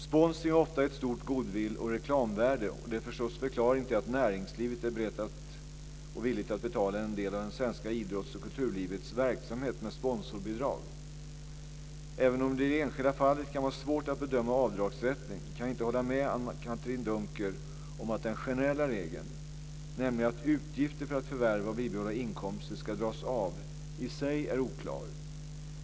Sponsring har ofta ett stort goodwill och reklamvärde, och det är förstås förklaringen till att näringslivet är villigt att betala en del av svenskt idrotts och kulturlivs verksamhet med sponsorbidrag. Även om det i det enskilda fallet kan vara svårt att bedöma avdragsrätten kan jag inte hålla med Anne-Katrine Dunker om att den generella regeln, nämligen att utgifter för att förvärva och bibehålla inkomster ska dras av, i sig är oklar.